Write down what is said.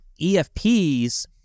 EFPs